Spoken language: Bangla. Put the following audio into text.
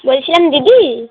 বলছিলাম দিদি